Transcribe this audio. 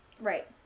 Right